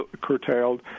curtailed